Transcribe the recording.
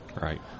Right